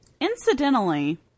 Incidentally